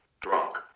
drunk